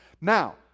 Now